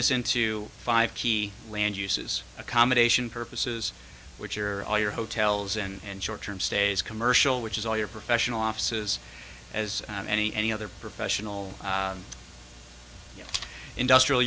this into five key land uses a combination purposes which are all your hotels and short term stays commercial which is all your professional offices as any any other professional yes industrial